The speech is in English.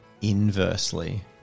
inversely